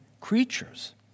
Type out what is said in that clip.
creatures